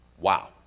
Wow